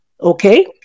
Okay